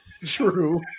True